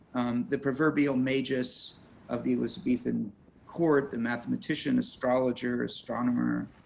the proverbial magus of the elizabethan court, the mathematician, astrologer astronomer,